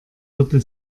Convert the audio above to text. würde